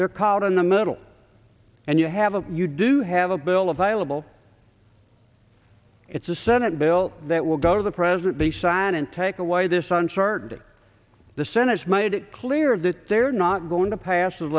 they're caught in the middle and you have a you do have a bill available it's a senate bill that will go to the president the sign and take away this on chartered the senate's made it clear that they're not going to pass